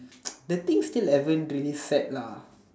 the things still hasn't really set lah